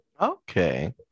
Okay